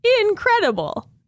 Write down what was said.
incredible